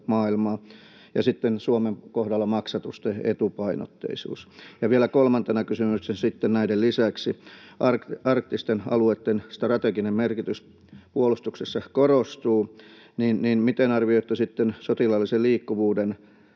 Suomen kohdalla maksatusten etupainotteisuus. Vielä kolmantena kysymyksenä sitten näiden lisäksi: Arktisten alueitten strateginen merkitys puolustuksessa korostuu. Miten arvioitte sitten sotilaallisen liikkuvuuden,